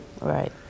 Right